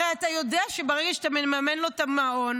הרי אתה יודע שברגע שאתה מממן לו את המעון,